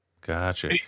Gotcha